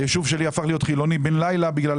הישוב שלי הפך להיות חילוני בן-לילה בגלל